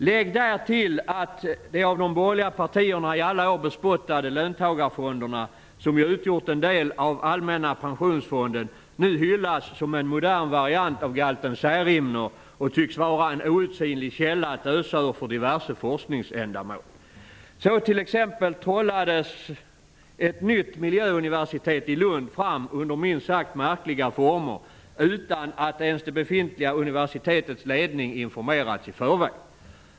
Lägg därtill att de av de borgerliga partierna i alla år bespottade löntagarfonderna, som ju utgjort en del av Allmänna pensionsfonden, nu hyllas som en modern variant av galten Särimner och tycks vara en outsinlig källa att ösa ur för diverse forskningsändamål. Så t.ex. trollades ett nytt miljöuniversitet i Lund fram under minst sagt märkliga former utan att ens det befintliga universitetets ledning informerats i förväg.